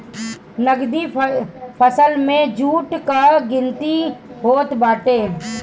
नगदी फसल में जुट कअ गिनती होत बाटे